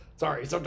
Sorry